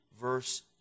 verse